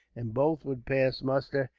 and both would pass muster,